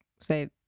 say